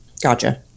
Gotcha